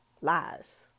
Lies